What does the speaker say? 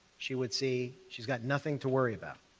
she would see she's got nothing to worry about,